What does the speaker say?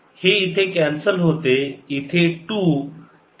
हे इथे कॅन्सल होते इथे 2